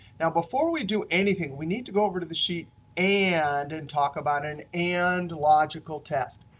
now, before we do anything, we need to go over to the sheet and, and talk about an and logical test.